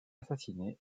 assassinée